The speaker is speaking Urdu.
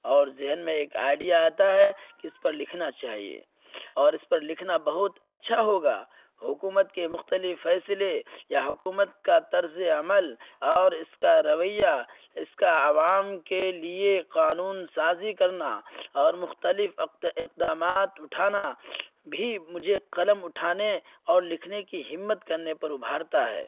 اور ذہن میں ایک آئیڈیا آتا ہے کہ اس پر لکھنا چاہیے اور اس پر لکھنا بہت اچھا ہوگا حکومت کے مختلف فیصلے یا حکومت کا طرز عمل اور اس کا رویہ اس کا عوام کے لیے قانون سازی کرنا اور مختلف اقدامات اٹھانا بھی مجھے قلم اٹھانے اور لکھنے کی ہمت کرنے پر ابھارتا ہے